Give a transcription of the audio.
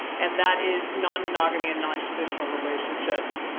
and that is non-monogamy and nontraditional relationships.